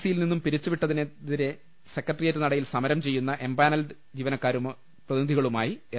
സിയിൽ നിന്നും പിരിച്ചുവിട്ടതിനെതിരെ സെക്രട്ടേറിയറ്റ് നടയിൽ സമരം ചെയ്യുന്ന എംപാനൽ ജീവന ക്കാരുടെ പ്രതിനിധികളുമായി എൽ